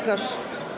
Proszę.